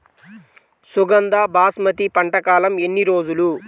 సుగంధ బాస్మతి పంట కాలం ఎన్ని రోజులు?